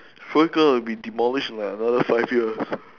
probably gonna be demolished in like another five years